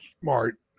smart